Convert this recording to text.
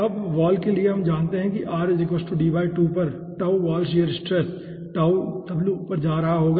अब वॉल के लिए हम जानते हैं कि r D 2 पर वाल शियर स्ट्रेस पर जा रहा होगा